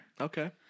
Okay